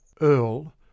Earl